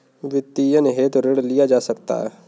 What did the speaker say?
वित्तीयन हेतु ऋण लिया जा सकता है